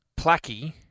placky